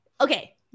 okay